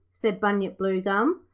said bunyip bluegum,